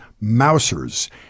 Mousers